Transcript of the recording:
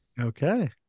Okay